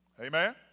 Amen